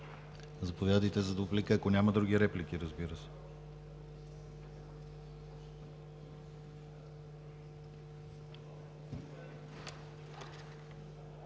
Заповядайте за дуплика, ако няма други реплики, разбира се.